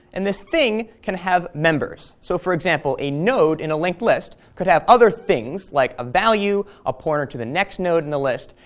and this thing can have members. so for example, a node in a linked list could have other things like a value, a pointer to the next node in the list,